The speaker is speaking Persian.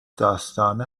داستان